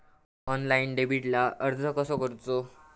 Online डेबिटला अर्ज कसो करूचो?